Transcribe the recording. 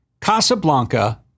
Casablanca